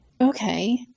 okay